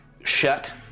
shut